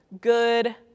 good